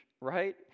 right